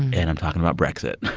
and i'm talking about brexit